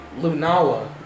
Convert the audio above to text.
lunala